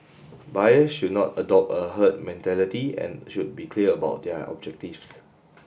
buyers should not adopt a herd mentality and should be clear about their objectives